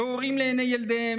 בהורים לעיני ילדיהם,